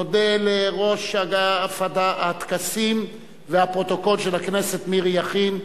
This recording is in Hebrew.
נודה לראש אגף הטקסים והפרוטוקול של הכנסת מירי יכין,